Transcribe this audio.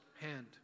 hand